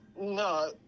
no